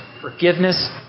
forgiveness